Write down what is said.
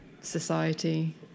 society